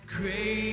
Great